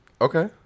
okay